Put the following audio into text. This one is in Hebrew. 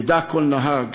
ידע כל נהג